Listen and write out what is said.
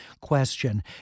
question